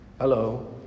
Hello